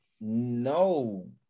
No